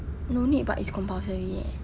no need but it's compulsory eh